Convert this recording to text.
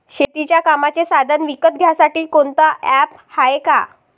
शेतीच्या कामाचे साधनं विकत घ्यासाठी कोनतं ॲप हाये का?